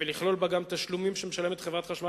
ולכלול בה גם תשלומים שמשלמת חברת החשמל